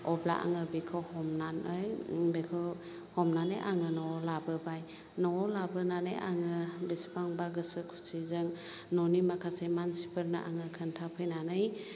अब्ला आङो बेखौ हमनानै बेखौ हमनानै आङो न'आव लाबोबाय न'आव लाबोनानै आङो बेसेबांबा गोसो खुसिजों न'नि माखासे मानसिफोरनो आङो खोनथाफैनानै